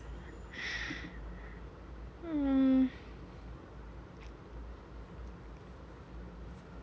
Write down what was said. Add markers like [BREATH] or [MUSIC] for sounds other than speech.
[BREATH] mm